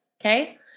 Okay